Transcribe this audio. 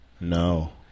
No